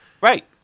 Right